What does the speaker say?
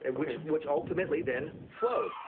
and which which ultimately then flowed.